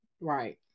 Right